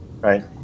right